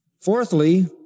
Fourthly